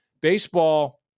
Baseball